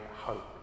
hope